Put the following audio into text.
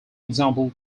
example